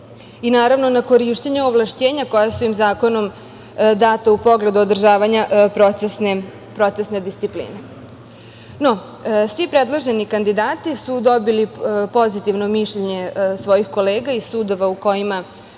i naravno na korišćenje ovlašćenja koja su im zakonom data u pogledu održavanja procesne discipline. Svi predloženi kandidati su dobili pozitivno mišljenje svojih kolega i sudova u kojima